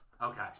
Okay